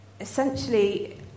essentially